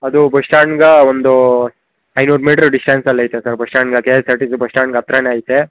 ಅದು ಬಸ್ ಸ್ಟ್ಯಾಂಡ್ಗೆ ಒಂದು ಐನೂರು ಮೀಟ್ರು ಡಿಸ್ಟೆನ್ಸಲ್ಲಿ ಐತೆ ಸರ್ ಬಸ್ ಸ್ಟ್ಯಾಂಡ್ಗ K S R T C bus ಸ್ಟಾಂಡ್ಗೆ ಹತ್ರನೆ ಐತೆ